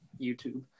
YouTube